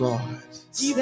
God